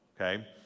Okay